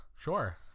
Sure